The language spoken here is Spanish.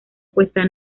cuesta